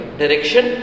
direction